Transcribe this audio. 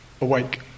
awake